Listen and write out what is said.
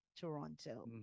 Toronto